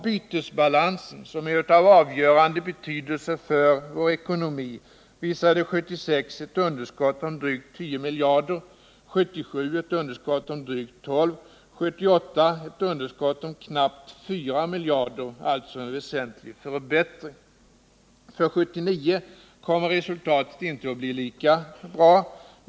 Bytesbalansen, som är av avgörande betydelse för vår ekonomi, visade 1976 underskott på drygt 10 miljarder, 1977 ett underskott om drygt 12 miljarder och år 1978 ett underskott om knappt 4 miljarder, alltså en väsentlig förbättring. För 1979 kommer resultatet inte att bli lika bra.